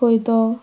खंय तो